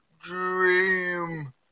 Dream